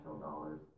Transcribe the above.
dollars